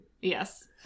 Yes